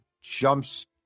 jumps